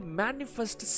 manifest